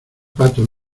pato